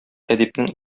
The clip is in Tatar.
әдипнең